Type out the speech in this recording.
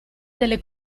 delle